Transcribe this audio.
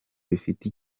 bifite